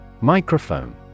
Microphone